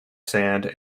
sand